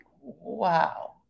wow